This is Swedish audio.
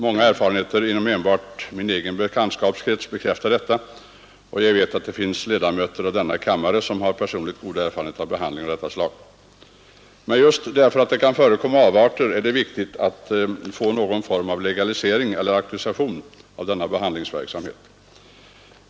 Många erfarenheter enbart inom min egen bekantskapskrets bekräftar detta, och jag vet att det finns ledamöter av denna kammare som har personliga goda erfarenheter av behandling av detta slag. Men just därför att det kan förekomma avarter är det viktigt att få någon form av legalisering eller auktorisation inom denna behandlingsverksamhet.